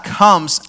comes